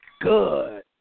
good